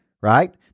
Right